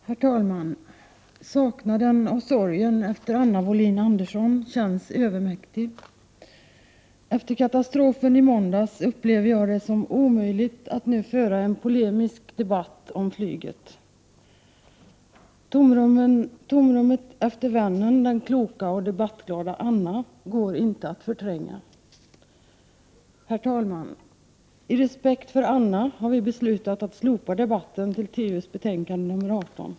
Herr talman! Saknaden och sorgen efter Anna Wohlin-Andersson känns övermäktig. Efter katastrofen i måndags upplever jag det som omöjligt att nu föra en polemisk debatt om flyget. Tanken på tomrummet efter vännen, den kloka och debattglada Anna, går inte att förtränga. Herr talman! I respekt för Anna har vi beslutat att slopa debatten om trafikutskottets betänkande 18.